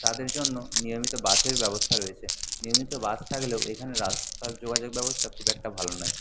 তাদের জন্য নিয়মিত বাসের ব্যবস্থা রয়েছে নিয়মিত বাস থাকলেও এখানে রাস্তার যোগাযোগ ব্যবস্থা খুব একটা ভালো নয়